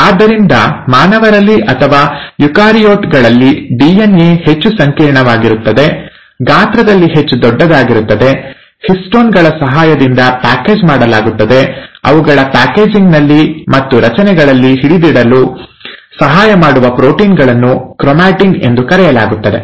ಆದ್ದರಿಂದ ಮಾನವರಲ್ಲಿ ಅಥವಾ ಯುಕಾರಿಯೋಟ್ ಗಳಲ್ಲಿ ಡಿಎನ್ಎ ಹೆಚ್ಚು ಸಂಕೀರ್ಣವಾಗಿರುತ್ತದೆ ಗಾತ್ರದಲ್ಲಿ ಹೆಚ್ಚು ದೊಡ್ಡದಾಗಿರುತ್ತದೆ ಹಿಸ್ಟೋನ್ ಗಳ ಸಹಾಯದಿಂದ ಪ್ಯಾಕೇಜ್ ಮಾಡಲಾಗುತ್ತದೆ ಅವುಗಳ ಪ್ಯಾಕೇಜಿಂಗ್ನಲ್ಲಿ ಮತ್ತು ರಚನೆಗಳಲ್ಲಿ ಹಿಡಿದಿಡಲು ಸಹಾಯ ಮಾಡುವ ಪ್ರೋಟೀನ್ಗಳನ್ನು ಕ್ರೊಮಾಟಿನ್ ಎಂದು ಕರೆಯಲಾಗುತ್ತದೆ